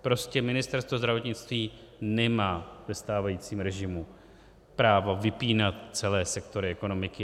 Prostě Ministerstvo zdravotnictví nemá ve stávajícím režimu právo vypínat celé sektory ekonomiky.